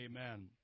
Amen